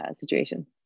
situation